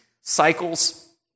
cycles